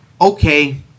Okay